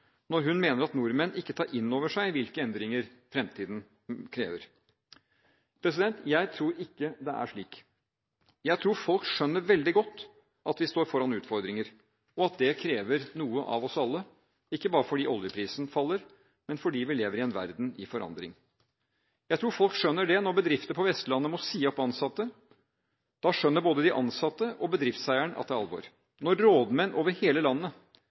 når hun mener at nordmenn ikke tar inn over seg hvilke endringer fremtiden krever. Jeg tror ikke det er slik. Jeg tror folk skjønner veldig godt at vi står foran utfordringer, og at det krever noe av oss alle – ikke bare fordi oljeprisen faller, men fordi vi lever i en verden i forandring. Jeg tror folk skjønner det når bedrifter på Vestlandet må si opp ansatte. Da skjønner både de ansatte og bedriftseieren at det er alvor. Når rådmenn over hele landet